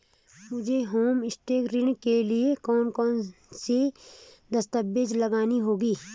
मुझे होमस्टे ऋण के लिए कौन कौनसे दस्तावेज़ लगाने होंगे?